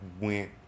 went